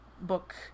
book